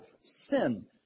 sin